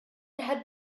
had